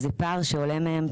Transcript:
זה פער שעולה מהם,